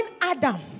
Adam